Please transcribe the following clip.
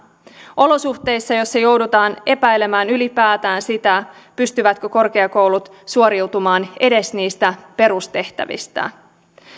olosuhteissa joissa joudutaan epäilemään ylipäätään sitä pystyvätkö korkeakoulut suoriutumaan edes niistä perustehtävistä